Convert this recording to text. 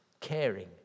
caring